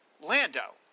Lando